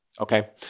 Okay